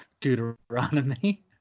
Deuteronomy